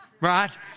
right